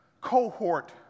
cohort